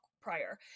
prior